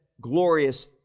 glorious